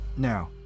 Now